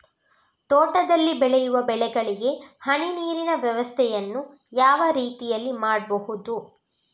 ತೋಟದಲ್ಲಿ ಬೆಳೆಯುವ ಬೆಳೆಗಳಿಗೆ ಹನಿ ನೀರಿನ ವ್ಯವಸ್ಥೆಯನ್ನು ಯಾವ ರೀತಿಯಲ್ಲಿ ಮಾಡ್ಬಹುದು?